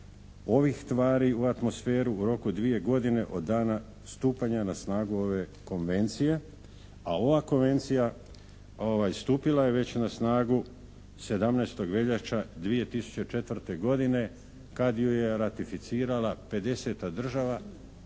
ovih tvari u atmosferu u roku od dvije godine od dana stupanja na snagu ove konvencije, a ova konvencija stupila je već na snagu 17. veljače 2004. godine kad ju je ratificirala 50-ta država